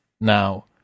now